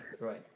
right